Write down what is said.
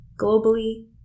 globally